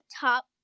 top